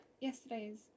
yesterday's